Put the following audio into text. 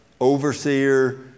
overseer